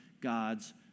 God's